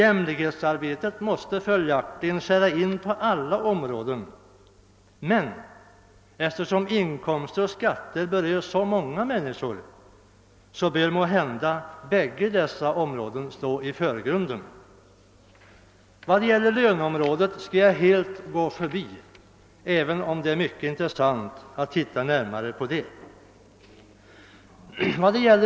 Arbetet med att uppnå jämlikhet måste tränga in på nästan alla områden, men eftersom inkomster och skatter berör så många människor, bör kanske dessa områden stå i förgrunden. Jag skall helt gå förbi löneområdet, även om det är mycket intressant att närmare studera dettzd.